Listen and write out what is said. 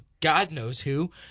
God-knows-who